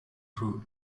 through